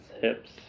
hips